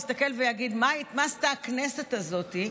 יסתכל ויגיד: מה עשתה הכנסת הזאת?